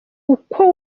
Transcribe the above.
ukwo